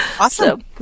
Awesome